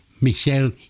Michel